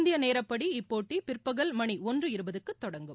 இந்திய நேரப்படி இப்போட்டி பிற்பகல் மணி ஒன்று இருபதுக்கு தொடங்கும்